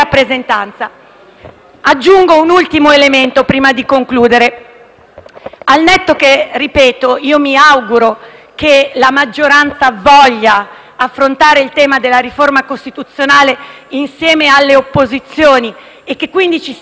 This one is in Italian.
Aggiungo un ultimo elemento prima di concludere. Mi auguro che la maggioranza voglia affrontare il tema della riforma costituzionale insieme alle opposizioni e che, quindi, ci sia lo spazio